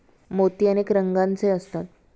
मोती अनेक रंगांचे असतात